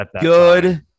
Good